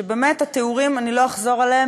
לא אחזור עליהם,